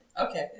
Okay